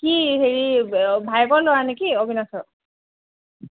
কি হেৰি ভায়েকৰ ল'ৰা নেকি অবিনাশৰ